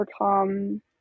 overcome –